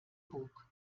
bug